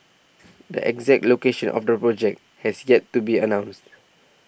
the exact location of the project has yet to be announced